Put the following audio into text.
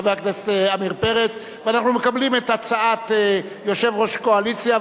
אנחנו מקבלים את הצעת יושב-ראש הקואליציה,